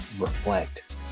reflect